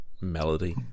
melody